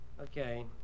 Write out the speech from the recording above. Okay